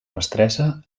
mestressa